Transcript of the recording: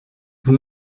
vous